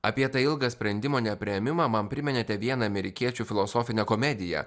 apie tą ilgą sprendimo nepriėmimą man priminėte vieną amerikiečių filosofinę komediją